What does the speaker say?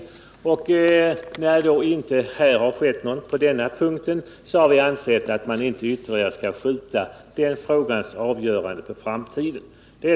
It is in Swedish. Men när det då inte har skett någon förändring på denna punkt, har vi ansett att man inte ytterligare bör skjuta den frågans avgörande på framtiden.